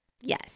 Yes